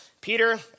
Peter